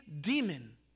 demon